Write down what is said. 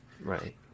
Right